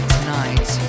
Tonight